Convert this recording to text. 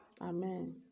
Amen